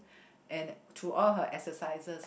and through all her exercises